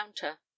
counter